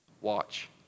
Watch